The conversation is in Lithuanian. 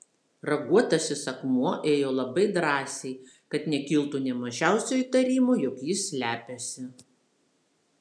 raguotasis akmuo ėjo labai drąsiai kad nekiltų nė mažiausio įtarimo jog jis slepiasi